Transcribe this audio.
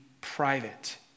private